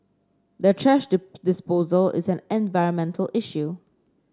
the thrash disposal is an environmental issue